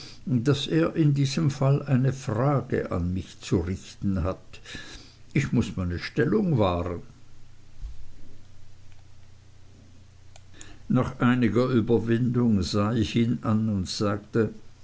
daß er in diesem fall eine frage an mich zu richten hat ich muß meine stellung wahren nach einiger überwindung sah ich ihn an und sagte